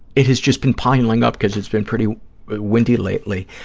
it has just been piling up because it's been pretty windy lately,